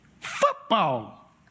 football